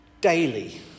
Daily